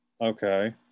Okay